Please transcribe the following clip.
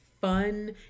fun